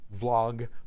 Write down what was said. vlog